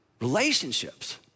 relationships